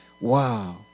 wow